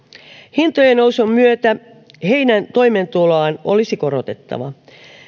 hintojen nousun myötä heidän toimeentuloaan olisi korotettava